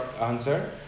answer